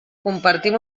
compartim